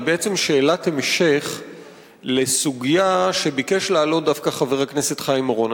היא בעצם שאלת המשך לסוגיה שביקש להעלות דווקא חבר הכנסת חיים אורון.